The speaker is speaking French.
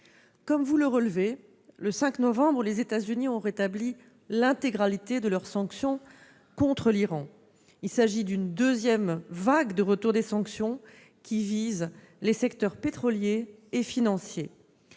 comme vous l'avez relevé, le 5 novembre, les États-Unis ont rétabli l'intégralité de leurs sanctions contre l'Iran. Cette deuxième vague de rétablissement des sanctions vise les secteurs pétrolier et financier.